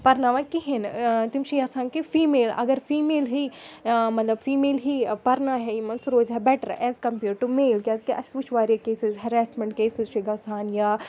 پَرناوان کِہیٖنۍ تِم چھِ یَژھان کہِ فیٖمیل اگر فیٖمیل ہی مطلب فیٖمیل ہی پَرنایہِ ہے یِمَن سُہ روزِ ہا better as compared to male کیٛازِکہِ اَسہِ وٕچھ وارِیاہ کیسِز ہٮ۪ریسمٮ۪نٛٹ کیسِز چھِ گژھان یا